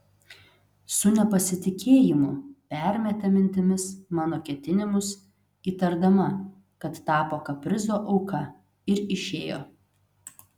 su nepasitikėjimu permetė mintimis mano ketinimus įtardama kad tapo kaprizo auka ir išėjo